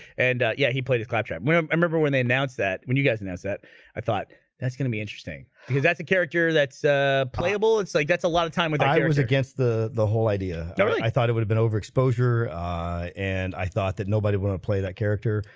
and yeah. he played his claptrap um i remember when they announced that when you guys announced that i thought that's gonna be interesting because that's a character that's ah playable it's like that's a lot of time with writers against the the whole idea. don't i i thought it would've been overexposure and i thought that nobody wouldn't play that character.